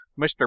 Mr